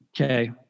Okay